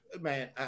Man